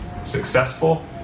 Successful